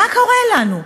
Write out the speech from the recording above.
מה קורה לנו?